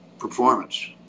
performance